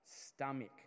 Stomach